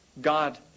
God